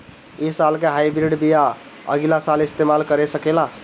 इ साल के हाइब्रिड बीया अगिला साल इस्तेमाल कर सकेला?